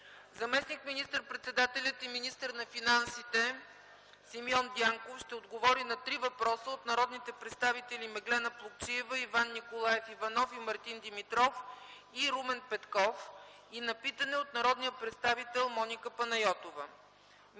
Заместник министър-председателят и министър на финансите Симеон Дянков ще отговори на три въпроса от народните представители Меглена Плугчиева, Иван Николаев Иванов, Мартин Димитров и Румен Петков и на питане от народния представител Моника Панайотова.